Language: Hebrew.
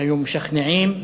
היו משכנעים.